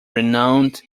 renowned